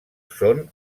són